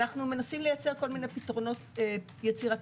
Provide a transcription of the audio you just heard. אנחנו מנסים לייצר פתרונות יצירתיים,